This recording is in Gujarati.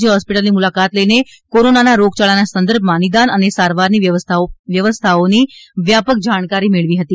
જી હોસ્પિટલની મુલાકાત લઇને કોરોનાના રોગયાળાના સંદર્ભમાં નિદાન અને સારવારની વ્યવસ્થાઓની વ્યાપક જાણકારી મેળવી હતી